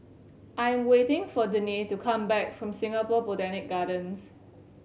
I'm waiting for Danae to come back from Singapore Botanic Gardens